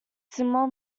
similar